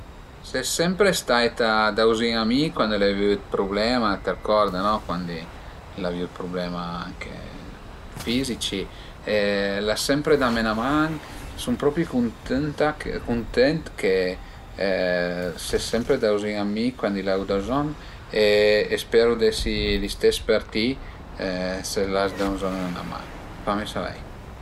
Ses sempre staita dauzin a mi cuand l'ai avü d'prublema, t'ërcord no? Cuandi l'avìu d'prublema che fizici e l'as sempre dame 'na man, sun propi cuntënta che cuntent che ses sempre dauzin a mi cuandi l'ai da bëzogn e speru d'esi l'istes për ti, se l'as bëzogn dë'na man fame savei